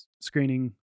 screening